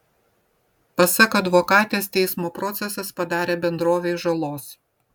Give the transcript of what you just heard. pasak advokatės teismo procesas padarė bendrovei žalos